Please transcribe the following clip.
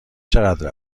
چقدر